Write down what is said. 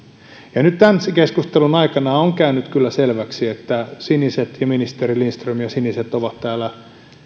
nyt tämän keskustelun aikana on käynyt kyllä selväksi että ministeri lindström ja siniset ovat täällä